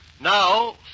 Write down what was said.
Now